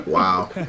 Wow